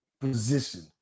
position